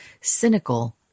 cynical